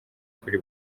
kuri